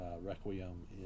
Requiem